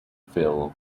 phil